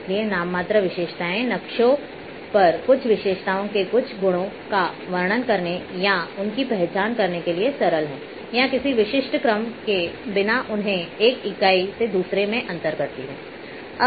इसलिए नाममात्र विशेषताएँ नक्शे पर कुछ विशेषताओं के कुछ गुणों का वर्णन करने या उनकी पहचान करने के लिए सरल हैं या किसी विशिष्ट क्रम के बिना उन्हें एक इकाई से दूसरे में अंतर करती हैं